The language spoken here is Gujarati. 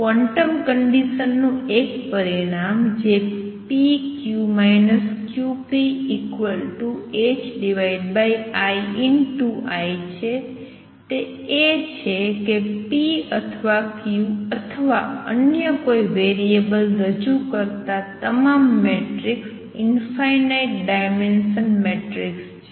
ક્વોન્ટમ કંડિસનનું એક પરિણામ જે p q q p iI છે તે એ છે કે p અથવા q અથવા અન્ય કોઈ વેરિએબલ રજૂ કરતા તમામ મેટ્રિક્સ ઇંફાઇનાઇટ ડાઈમેંસન મેટ્રિક્સ છે